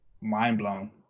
Mind-blown